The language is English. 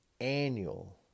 annual